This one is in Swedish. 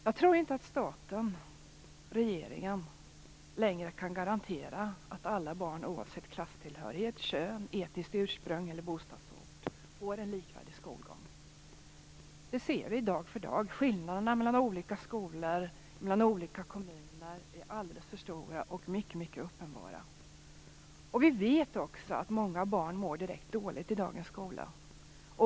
Jag tror inte längre att staten, regeringen, kan garantera att alla barn oavsett klasstillhörighet, kön, etniskt ursprung eller bostadsort får en likvärdig skolgång. Vi ser dag för dag att skillnaderna mellan olika skolor och olika kommuner är alldeles för stora och mycket uppenbara. Vi vet också att många barn mår direkt dåligt i dagens skola.